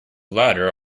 ladder